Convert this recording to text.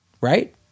right